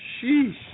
Sheesh